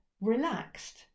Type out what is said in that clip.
relaxed